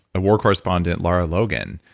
a war correspondent, lara logan,